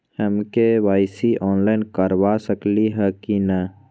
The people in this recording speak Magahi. हम के.वाई.सी ऑनलाइन करवा सकली ह कि न?